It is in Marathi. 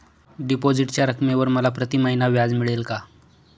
डिपॉझिटच्या रकमेवर मला प्रतिमहिना व्याज मिळेल का?